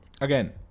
again